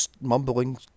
mumbling